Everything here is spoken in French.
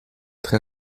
très